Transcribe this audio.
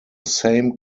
same